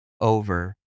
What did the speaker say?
over